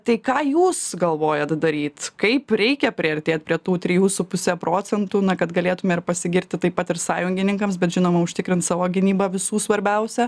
tai ką jūs galvojat daryt kaip reikia priartėt prie tų trijų su puse procentų kad galėtume ir pasigirti taip pat ir sąjungininkams bet žinoma užtikrint savo gynybą visų svarbiausia